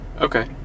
Okay